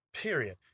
period